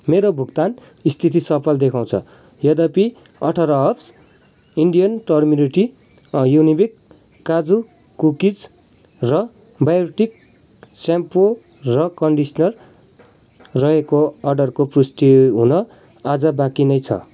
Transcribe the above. मेरो भुक्तान स्थिति सफल देखाउँछ यद्यपि अठाह्र हर्ब्स इन्डियन टर्मिरिटी युनिबिक काजु कुकिज र बायोटिक सेम्पो र कन्डिसनर रहेको अर्डरको पुष्टि हुन अझ बाँकी नै छ